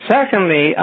Secondly